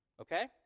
Okay